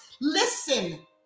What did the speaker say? Listen